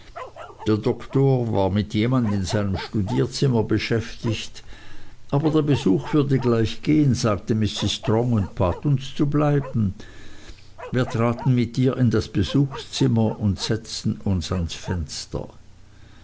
der doktor war mit jemand in seinem studierzimmer beschäftigt aber der besuch würde gleich gehen sagte mrs strong und bat uns zu bleiben wir traten mit ihr in das besuchszimmer und setzten uns ans fenster